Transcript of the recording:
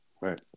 Right